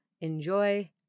enjoy